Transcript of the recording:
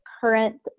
current